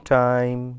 time